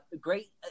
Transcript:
great